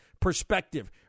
perspective